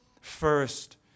first